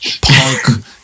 punk